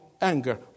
anger